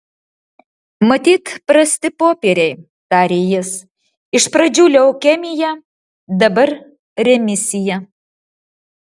matyt prasti popieriai tarė jis iš pradžių leukemija dabar remisija